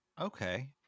Okay